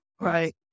Right